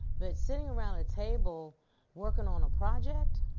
but sitting around a table working on a project,